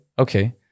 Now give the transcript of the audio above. Okay